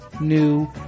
new